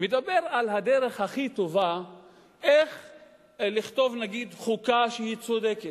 מדבר על הדרך הכי טובה לכתוב חוקה צודקת.